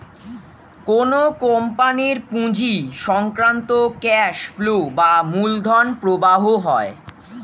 কোন কোম্পানির পুঁজি সংক্রান্ত ক্যাশ ফ্লো বা মূলধন প্রবাহ হয়